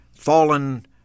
fallen